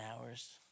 hours